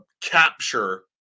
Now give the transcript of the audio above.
capture